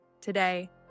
today